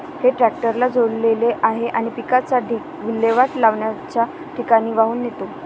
हे ट्रॅक्टरला जोडलेले आहे आणि पिकाचा ढीग विल्हेवाट लावण्याच्या ठिकाणी वाहून नेतो